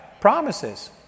promises